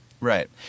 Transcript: Right